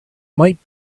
might